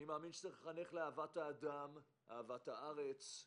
אני מאמין, שצריך לחנך לאהבת האדם, אהבת הארץ,